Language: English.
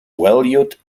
valued